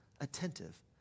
attentive